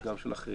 בקהילה כזאת.